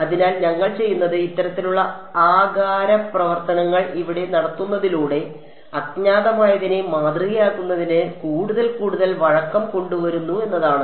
അതിനാൽ ഞങ്ങൾ ചെയ്യുന്നത് ഇത്തരത്തിലുള്ള ആകാര പ്രവർത്തനങ്ങൾ ഇവിടെ നടത്തുന്നതിലൂടെ അജ്ഞാതമായതിനെ മാതൃകയാക്കുന്നതിന് ഞങ്ങൾ കൂടുതൽ കൂടുതൽ വഴക്കം കൊണ്ടുവരുന്നു എന്നതാണ്